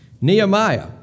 Nehemiah